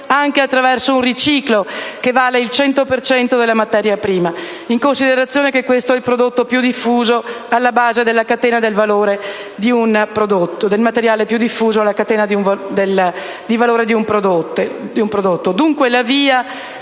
anche attraverso un riciclo che vale il 100 per cento della materia prima, in considerazione del fatto che questo è il materiale più diffuso alla base del catena del valore di un prodotto.